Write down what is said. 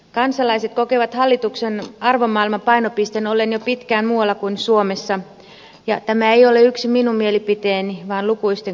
kansalaiset kokevat hallituksen arvomaailman painopisteen olleen jo pitkään muualla kuin suomessa ja tämä ei ole yksin minun mielipiteeni vaan lukuisten kansalaisten